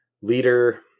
leader